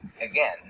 again